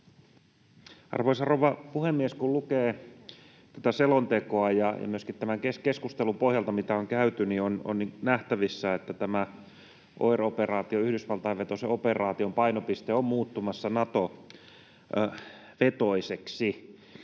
Arvoisa rouva puhemies! Kun lukee tätä selontekoa — ja myöskin tämän keskustelun pohjalta, mitä on käyty — on nähtävissä, että tämä OIR-operaation, Yhdysvaltain vetoisen operaation, painopiste on muuttumassa Nato-vetoiseksi